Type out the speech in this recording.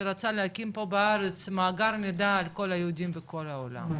שרצה להקים פה בארץ מאגר מידע של כל היהודים בכל העולם,